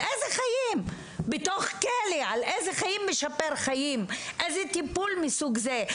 אילו חיים?! בתוך כלא! איזה טיפול מהסוג הזה?